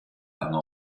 lange